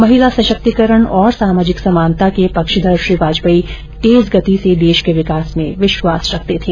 महिला सशक्तिरण और सामाजिक समानता के पक्षधर श्री वाजपेयी तेज गति से देश के विकास में विश्वास रखते थे